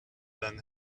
than